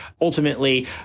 Ultimately